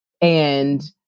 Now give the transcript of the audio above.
And-